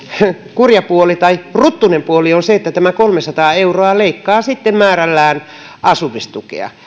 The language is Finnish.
kurja puoli tai ruttuinen puoli on se että tämä kolmesataa euroa leikkaa sitten määrällään asumistukea